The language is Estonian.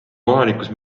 kohalikus